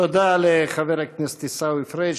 תודה לחבר הכנסת עיסאווי פריג'.